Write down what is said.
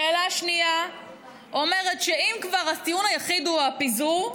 שאלה שנייה אומרת שאם כבר הטיעון היחיד הוא הפיזור,